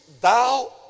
thou